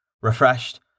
Refreshed